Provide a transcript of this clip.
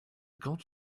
gods